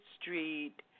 street